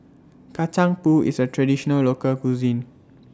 Kacang Pool IS A Traditional Local Cuisine